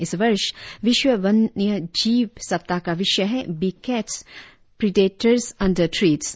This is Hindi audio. इस वर्ष विश्व वन्य जीव सप्ताह का विषय है big cats predators under treats